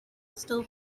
still